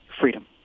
freedom